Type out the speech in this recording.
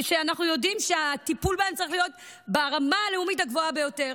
שאנחנו יודעים שהטיפול בהם צריך להיות ברמה הלאומית הגבוהה ביותר.